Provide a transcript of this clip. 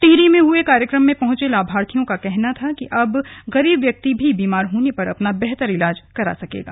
टिहरी में हुए कार्यक्रम में पहुंचे लाभार्थियों का कहना था कि अब गरीब व्यक्ति भी बीमार होने पर अपना बेहतर इलाज करा सकेगा